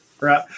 right